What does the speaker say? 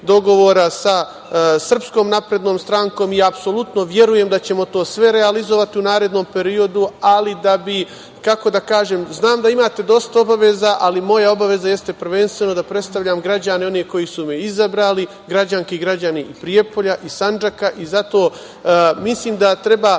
dogovora sa SNS i apsolutno verujem da ćemo to sve realizovati u narednom periodu, ali da bi, kako da kažem, znam da imate dosta obaveza, ali moja obaveza jeste prvenstveno da predstavljam građane, one koji su me izabrali, građanke i građane Prijepolja i Sandžaka i zato mislim da treba